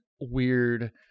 weird